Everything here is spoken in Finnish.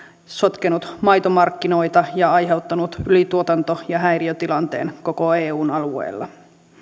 sotkenut maitomarkkinoita ja aiheuttanut ylituotanto ja häiriötilanteen koko eun alueella